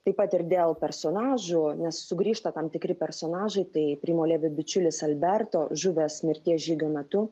taip pat ir dėl personažų nes sugrįžta tam tikri personažai tai primo levi bičiulis alberto žuvęs mirties žygio metu